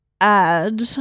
add